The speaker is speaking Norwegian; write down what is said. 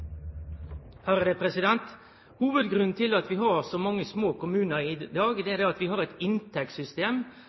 til oppfølgingsspørsmål. Hovudgrunnen til at vi har så mange små kommunar i dag, er at vi har eit inntektssystem